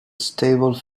stable